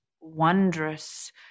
wondrous